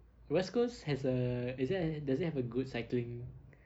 west coast has uh is there any does it have a good cycling